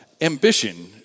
ambition